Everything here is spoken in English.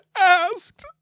asked